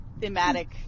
thematic